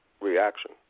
reaction